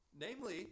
Namely